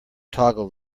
toggle